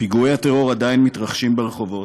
פיגועי הטרור עדיין מתרחשים ברחובות,